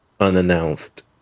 unannounced